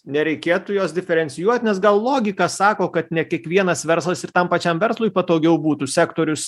nereikėtų jos diferencijuot nes gal logika sako kad ne kiekvienas verslas ir tam pačiam verslui patogiau būtų sektorius